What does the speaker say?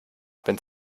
wenn